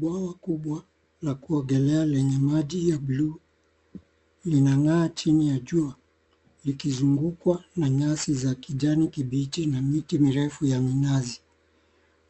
Bwawa kubwa la kuogelea lenye maji ya buluu linangaa chini ya jua likizungukwa na nyasi za kijani kibichi na miti mirefu ya minazi.